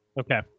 Okay